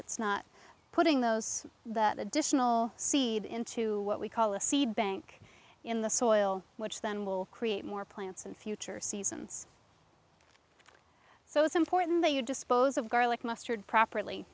it's not putting those that additional seed into what we call a seed bank in the soil which then will create more plants in future seasons so it's important that you dispose of garlic mustard properly